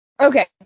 Okay